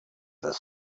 the